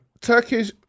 Turkish